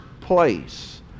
place